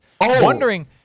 wondering